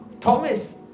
Thomas